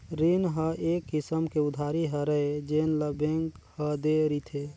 रीन ह एक किसम के उधारी हरय जेन ल बेंक ह दे रिथे